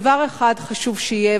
דבר אחד חשוב שיהיה,